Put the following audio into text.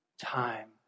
time